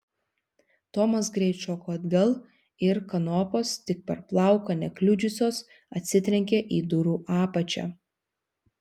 tomas greit šoko atgal ir kanopos tik per plauką nekliudžiusios atsitrenkė į durų apačią